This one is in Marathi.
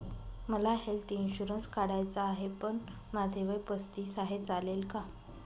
मला हेल्थ इन्शुरन्स काढायचा आहे पण माझे वय पस्तीस आहे, चालेल का?